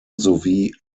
sowie